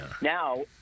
Now